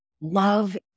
love